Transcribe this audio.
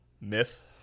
myth